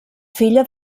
filla